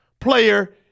player